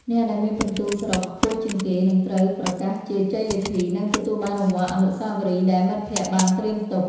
អ្នកដែលមានពិន្ទុសរុបខ្ពស់ជាងគេនឹងត្រូវប្រកាសជាជ័យលាភី និងទទួលបានរង្វាន់អនុស្សាវរីយ៍ដែលមិត្តភក្តិបានត្រៀមទុក។